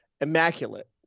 Immaculate